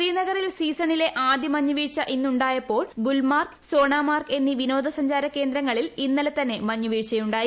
ശ്രീനഗറിൽ സീസണിലെ ആദ്യ മഞ്ഞ് വീഴ്ച ഇന്നുണ്ടായപ്പോൾ ഗുൽമാർഗ് സോണാമാർഗ് എന്നീ വിനോദസഞ്ചാര കേന്ദ്രങ്ങളിൽ ഇന്നലെ തന്നെ മഞ്ഞ് വീഴ്ചയുണ്ടായി